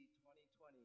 20-20